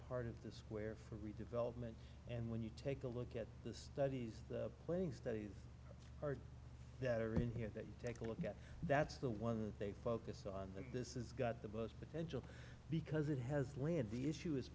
part of the square for redevelopment and when you take a look at the studies playing studies that are in here that you take a look at that's the one that they focus on that this is got the buzz potential because it has land the issue is